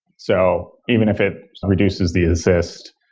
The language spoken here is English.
so even if it reduces the assist,